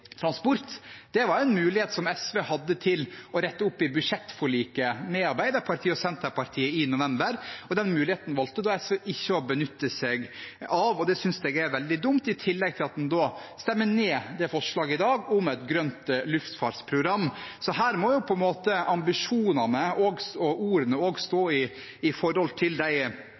å rette det opp i budsjettforliket med Arbeiderpartiet og Senterpartiet i november, men den muligheten valgte SV ikke å benytte seg av. Det syns jeg er veldig dumt. I tillegg stemmer de i dag ned forslaget om et grønt luftfartsprogram. Her må på en måte ambisjonene og ordene også stå i forhold til de